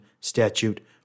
statute